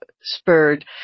spurred